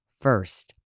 first